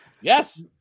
Yes